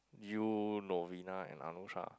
you Lovina and Anusha